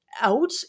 out